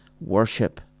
worship